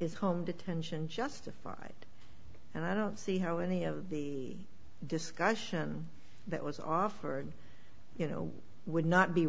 is home detention justified and i don't see how any of the discussion that was offered you know would not be